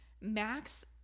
Max